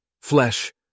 Flesh